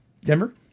Denver